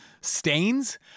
Stains